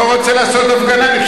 לא רוצה לעשות הפגנה.